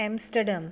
Amsterdam